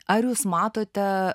ar jūs matote